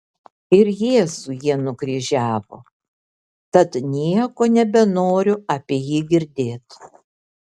ir jėzų jie nukryžiavo tad nieko nebenoriu apie jį girdėt